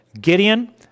Gideon